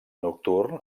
nocturn